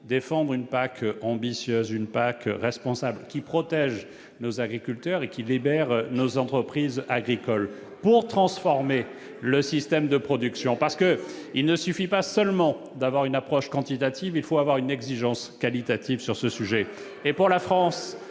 défendre une PAC ambitieuse, responsable, qui protège nos agriculteurs et qui libère nos entreprises agricoles, pour transformer le système de production. En effet, il ne suffit pas d'avoir une approche quantitative, il faut également avoir une exigence qualitative sur ce sujet. Ce n'est